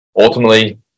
ultimately